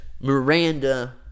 Miranda